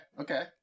Okay